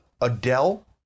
Adele